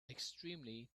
extremely